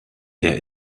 der